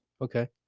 Okay